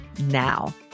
now